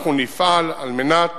אנחנו נפעל על מנת